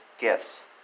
Gifts